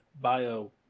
bio